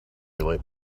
relate